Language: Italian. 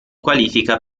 qualifica